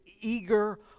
eager